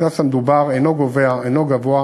הקנס המדובר אינו גבוה